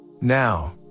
Now